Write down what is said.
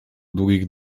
długich